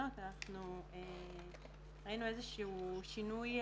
אני חושבת שאנחנו נידרש קצת יותר ללמידת עומק,